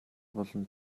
болон